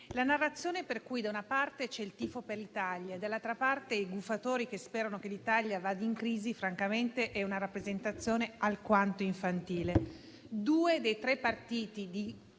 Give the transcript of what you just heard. la narrazione per cui da una parte c'è chi fa il tifo per l'Italia e dall'altra parte ci sono i gufatori che sperano che l'Italia vada in crisi è francamente una rappresentazione alquanto infantile. Due dei tre partiti